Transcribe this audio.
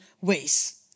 ways